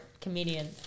comedian